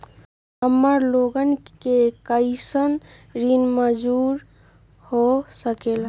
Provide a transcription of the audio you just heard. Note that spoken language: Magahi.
हमार लोगन के कइसन ऋण मंजूर हो सकेला?